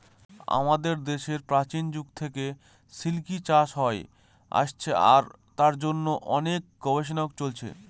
আমাদের দেশে প্রাচীন যুগ থেকে সিল্ক চাষ হয়ে আসছে আর তার জন্য অনেক গবেষণাও চলছে